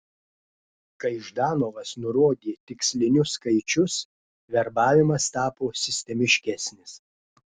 kai ždanovas nurodė tikslinius skaičius verbavimas tapo sistemiškesnis